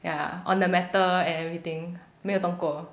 ya on the metal and everything 没有动过